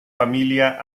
familia